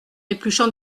épluchant